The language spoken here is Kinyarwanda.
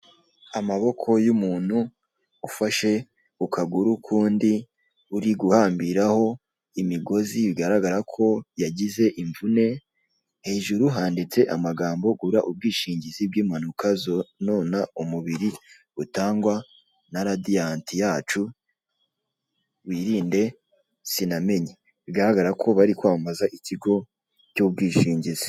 Amaboko y'umuntu ufashe ku kaguru kundi uri guhambiraho imigozi bigaragara ko yagize imvune hejuru handitse amagambo Gura ubwishingizi bw'impanuka zonona umubiri butangwa na Radiant yacu wirinde sinamenye bigaragara ko bari kwamamaza ikigo cy'ubwishingizi.